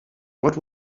what